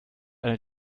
eine